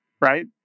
right